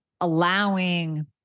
allowing